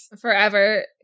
Forever